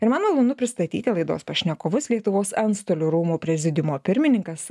ir man malonu pristatyti laidos pašnekovus lietuvos antstolių rūmų prezidiumo pirmininkas